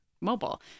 mobile